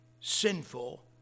sinful